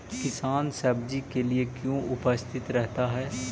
किसान सब्जी के लिए क्यों उपस्थित रहता है?